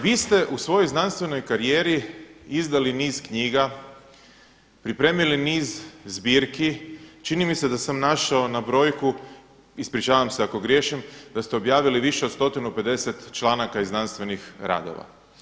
Vi ste u svojoj znanstvenoj karijeri izdali niz knjiga, pripremili niz zbirki, čini mi se da sam naišao na brojku, ispričavam se ako griješim, da ste objavili više od 150 članaka i znanstvenih radova.